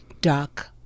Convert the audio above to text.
dark